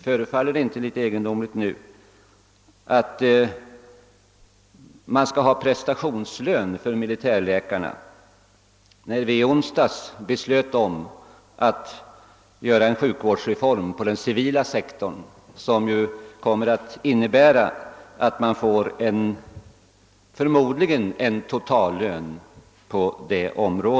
Förefaller det inte litet egendomligt att man skall ha prestationslön för militärläkarna, när vi nu i veckan beslutat om en sjukvårdsreform på den civila sektorn som innebär att vi på det området förmodligen får en totallön?